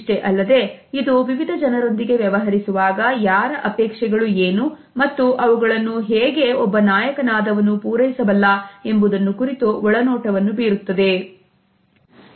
ಇಷ್ಟೇ ಅಲ್ಲದೆ ಇದು ವಿವಿಧ ಜನರೊಂದಿಗೆ ವ್ಯವಹರಿಸುವಾಗ ಯಾರ ಅಪೇಕ್ಷೆಗಳು ಏನು ಮತ್ತು ಅವುಗಳನ್ನು ಹೇಗೆ ಒಬ್ಬ ನಾಯಕನಾದವನು ಪೂರೈಸಬಲ್ಲ ಎಂಬುದನ್ನು ಕುರಿತು ಒಳನೋಟವನ್ನು ಬೀರುತ್ತದೆ